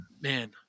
man